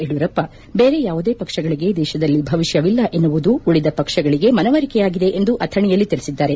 ಯಡಿಯೂರಪ್ಪ ದೇರೆ ಯಾವುದೇ ಪಕ್ಷಗಳಿಗೆ ದೇತದಲ್ಲಿ ಭವಿಷ್ಟವಿಲ್ಲ ಎನ್ನುವುದು ಉಳಿದ ಪಕ್ಷಗಳಿಗೆ ಮನವರಿಕೆ ಆಗಿದೆ ಎಂದು ಅಥಣಿಯಲ್ಲಿ ತಿಳಿಸಿದ್ದಾರೆ